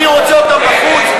אני רוצה אותם בחוץ.